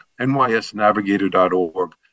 nysnavigator.org